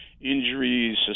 injuries